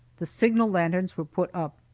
the signal lanterns were put up,